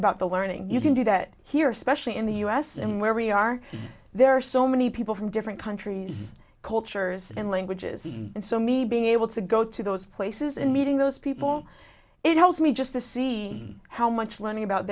about the learning you can do that here especially in the us and where we are there are so many people from different countries cultures and languages and so me being able to go to those places and meeting those people it helps me just to see how much